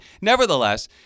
nevertheless